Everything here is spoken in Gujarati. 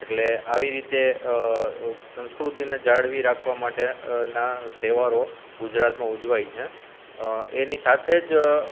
એટલે આવી રીતે સંસ્કૃતિને જાળવી રાખવા માટેના તહેવારો ગુજરાતમાં ઉજવાય છે એની સાથે જ